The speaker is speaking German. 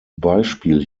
beispiel